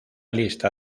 lista